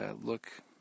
look